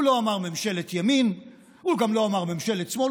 הוא לא אמר ממשלת ימין, הוא גם לא אמר ממשלת שמאל.